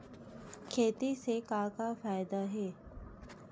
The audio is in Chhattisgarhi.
खेती से का का फ़ायदा हे?